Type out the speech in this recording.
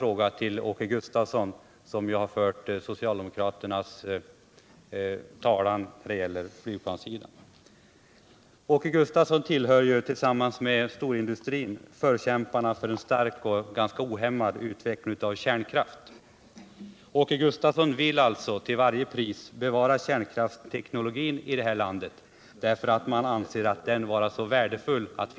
Åke Gustavsson tillhör tillsammans med storindustrin förkämparna för en stark och ganska ohämmad utveckling av kärnkraften. Han vill alltså till varje pris bevara kärnkraftsteknologin i Sverige, eftersom det anses värdefullt att den finns kvar inom landet.